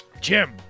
Jim